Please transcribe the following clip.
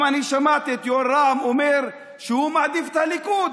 אני גם שמעתי את יו"ר רע"מ אומר שהוא מעדיף את הליכוד.